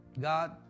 God